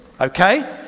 Okay